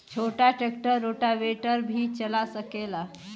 छोटा tractor rotavator भी चला सकेला?